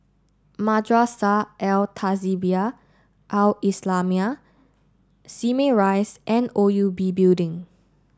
Madrasah Al Tahzibiah Al islamiah Simei Rise and O U B Building